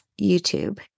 YouTube